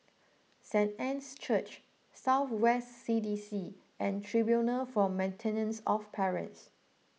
Saint Anne's Church South West C D C and Tribunal for Maintenance of Parents